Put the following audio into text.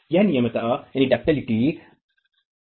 यह नमनीयता है